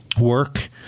work